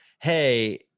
hey